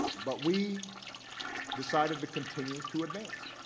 but we decided to continue to advance.